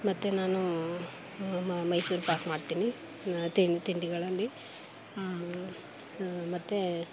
ಮತ್ತು ನಾನು ಮೈಸೂರು ಪಾಕ್ ಮಾಡ್ತೀನಿ ತಿಂಡಿ ತಿಂಡಿಗಳಲ್ಲಿ ಮತ್ತು